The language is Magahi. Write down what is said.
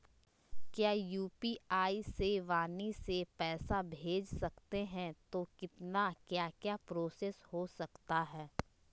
क्या यू.पी.आई से वाणी से पैसा भेज सकते हैं तो कितना क्या क्या प्रोसेस हो सकता है?